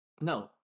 No